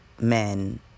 men